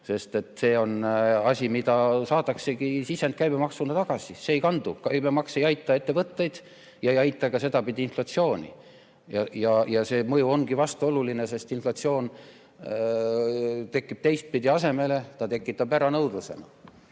sest see on asi, mida saadaksegi sisendkäibemaksuna tagasi. See ei kandu üle. Käibemaks ei aita ettevõtteid ega aita ka sedapidi inflatsiooni [vähendada]. See mõju ongi vastuoluline, sest inflatsioon tekib teistpidi asemele, ta tekitab äranõudluse.